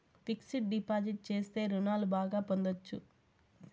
fixed deposit చేస్తే రుణాలు బాగా పొందొచ్చు